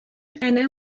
أنا